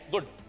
Good